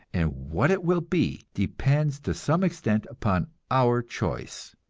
and what it will be depends to some extent upon our choice.